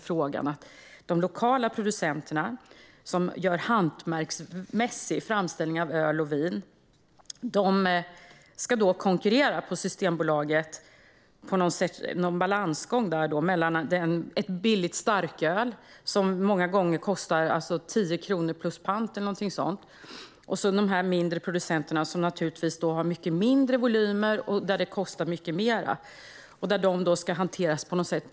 Ändå ska de lokala producenterna med en hantverksmässig framställning av öl och vin konkurrera på Systembolaget med ett billigt starköl som många gånger kostar någonstans runt 10 kronor plus pant. De mindre producenterna har naturligtvis mycket mindre volymer och kostar mer, och detta ska liksom hanteras på samma sätt.